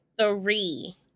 three